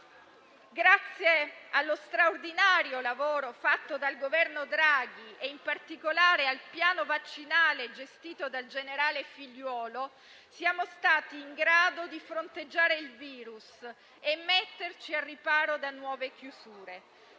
Grazie allo straordinario lavoro fatto dal Governo Draghi e, in particolare, al piano vaccinale gestito dal generale Figliuolo, siamo stati in grado di fronteggiare il virus e metterci al riparo da nuove chiusure.